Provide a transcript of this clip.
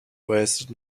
wasted